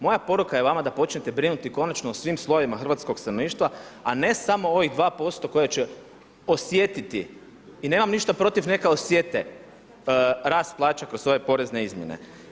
Mora poruka je vama da počnete brinuti konačno o svim slojevima hrvatskog stanovništva, a ne samo ovih 2% koje će osjetiti i nemam ništa protiv, neka osjete rast plaća kroz ove porezne izmjene.